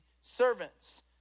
servants